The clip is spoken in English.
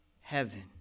heaven